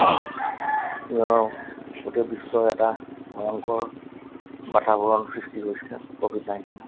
গোটেই বিশ্বৰ এটা ভয়ংকৰ বাতাৱৰণ সৃষ্টি হৈছিলে ক'ভিড নাইণ্টিনৰ